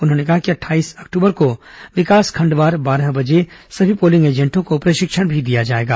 उन्होंने कहा कि अट्ठाईस अक्टूबर को विकासखंडवार बारह बजे सभी पोलिंग एजेंटों को प्रशिक्षण भी दिया जाएगा